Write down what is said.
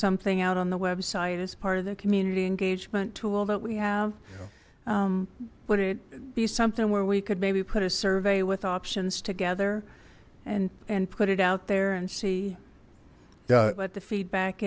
something out on the website as part of the community engagement tool that we have would it be something where we could maybe put a survey with options together and and put it out there and see what the feedback